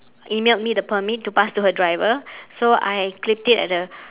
emailed me the permit to pass to her driver so I clipped it at the